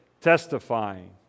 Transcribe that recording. testifying